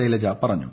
ശൈലജ പറഞ്ഞു